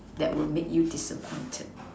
that would make you disappointed